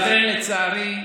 לכן, לצערי,